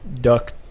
Duck